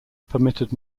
permitted